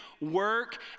work